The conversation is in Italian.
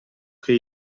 che